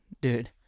dude